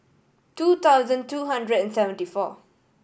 two thousand two hundred and seventy four